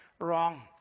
wrong